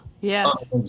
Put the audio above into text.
yes